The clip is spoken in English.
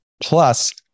Plus